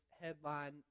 headline